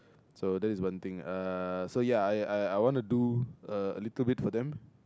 so this is one thing uh so ya I I I want do a a little bit for them